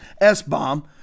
S-bomb